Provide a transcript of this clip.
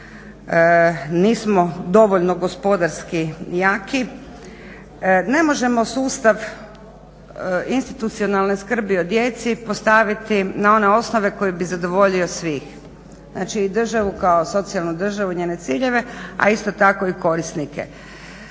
nismo dovoljno gospodarski jaki. Ne možemo sustav institucionalne skrbi o djeci postaviti na one osnove koje bi zadovoljio svih, znači državu kao socijalnu državu i njene ciljeve, a isto tako i korisnike,